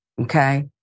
okay